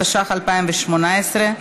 התשע"ח 2018,